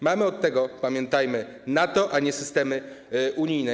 Mamy od tego, pamiętajmy, NATO, a nie systemy unijne.